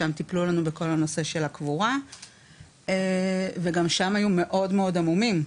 שם טיפלו לנו בכל הנושא של הקבורה וגם שם היו מאוד מאוד המומים.